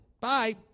Bye